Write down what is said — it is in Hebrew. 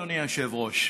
אדוני היושב-ראש.